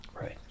right